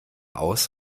aus